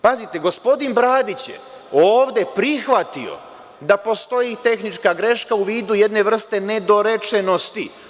Pazite, gospodin Bradić je vode prihvatio da postoji tehnička greška u vidu jedne vrste nedorečenosti.